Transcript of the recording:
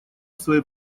своей